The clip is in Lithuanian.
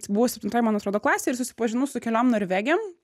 buvo septintoj man atrodo klasėj ir susipažinau su keliom norvegėm